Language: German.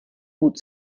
gut